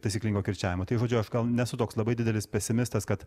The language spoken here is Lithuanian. taisyklingo kirčiavimo tai žodžiu aš gal nesu toks labai didelis pesimistas kad